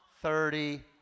Thirty